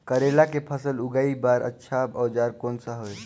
करेला के फसल उगाई बार अच्छा औजार कोन सा हवे?